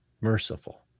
merciful